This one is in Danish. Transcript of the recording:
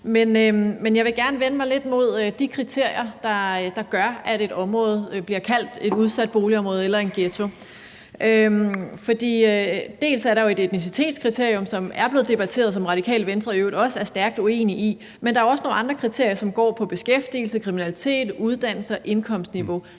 Men jeg vil gerne vende mig lidt mod de kriterier, der gør, at et område bliver kaldt et udsat boligområde eller en ghetto. Dels er der jo et etnicitetskriterium, som er blevet debatteret, og som Det Radikale Venstre i øvrigt også er stærkt uenige i, men der er også nogle andre kriterier, som går på beskæftigelse, kriminalitet, uddannelse og indkomstniveau,